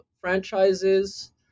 franchises